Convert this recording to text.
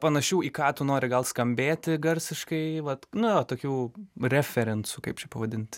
panašių į ką tu nori gal skambėti garsiškai vat na tokių referencų kaip čia pavadinti